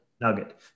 nugget